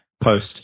post